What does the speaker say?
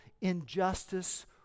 injustice